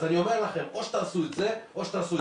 אז אני אומר לכם, או שתעשו את זה או שתעשו את זה.